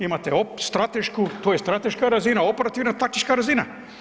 Imate stratešku, to je strateška razina, operativna taktička razina.